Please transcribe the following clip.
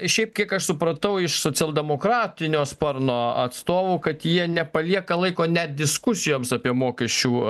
šiaip kiek aš supratau iš socialdemokratinio sparno atstovų kad jie nepalieka laiko net diskusijoms apie mokesčių